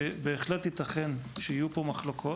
בהחלט ייתכן שיהיו פה מחלוקות,